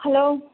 hello